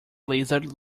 lizard